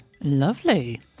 Lovely